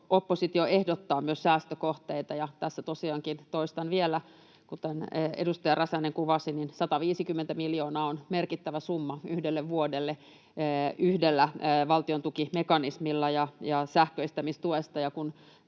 oppositio ehdottaa myös säästökohteita. Tässä tosiaankin toistan vielä, kuten edustaja Räsänen kuvasi, että 150 miljoonaa on merkittävä summa yhdelle vuodelle yhdellä valtiontukimekanismilla ja sähköistämistuelle.